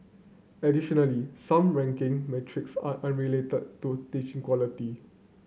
additionally some ranking metrics are unrelated to teaching quality